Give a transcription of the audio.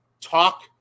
talk